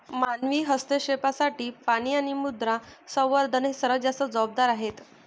मानवी हस्तक्षेपासाठी पाणी आणि मृदा संवर्धन हे सर्वात जास्त जबाबदार आहेत